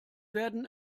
werden